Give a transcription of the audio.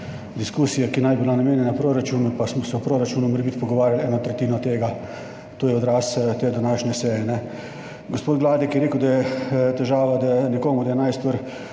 diskusije, ki naj bi bila namenjena proračunu, pa smo se o proračunu morebiti pogovarjali eno tretjino tega, to je odraz te današnje seje. Gospod Gladek je rekel, da je nekomu težava, da enajst ur